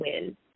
win